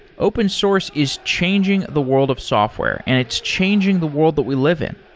open source is changing the wor ld of software and it's changing the wor ld that we live in.